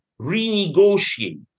renegotiate